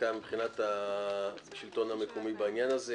הקיים מבחינת השלטון המקומי בעניין הזה.